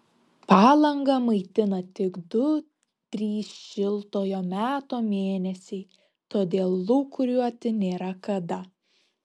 palangą maitina tik du trys šiltojo meto mėnesiai todėl lūkuriuoti nėra kada